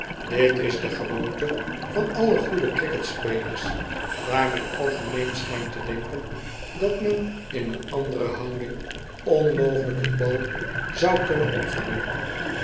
dit is de gewoonte van alle goede cricket spelers daar men algemeen schijnt te denken dat men in een andere houding onmogelijk een bal zou kunnen opvangen